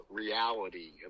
reality